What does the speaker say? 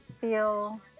feel